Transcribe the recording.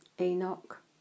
Enoch